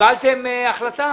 קיבלתם החלטה?